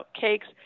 cakes